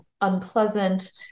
unpleasant